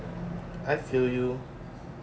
I feel you